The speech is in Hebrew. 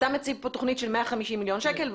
אתה מציג פה תוכנית של 150 מיליון שקל,